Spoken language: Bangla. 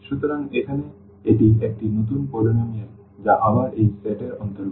সুতরাং এখানে এটি একটি নতুন polynomial যা আবার এই সেট এর অন্তর্গত